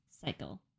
cycle